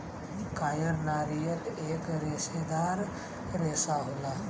कायर नारियल एक रेसेदार रेसा होला